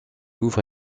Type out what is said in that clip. ouvre